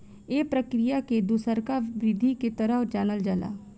ए प्रक्रिया के दुसरका वृद्धि के तरह जानल जाला